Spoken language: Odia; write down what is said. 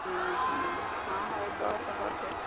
ହଁ ହଉ ଦଶ କରିଦିଅ